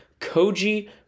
Koji